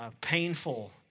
painful